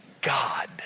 God